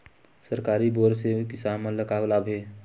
सरकारी बोर से किसान मन ला का लाभ हे?